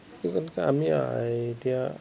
এই তেনেকৈ আমি এতিয়া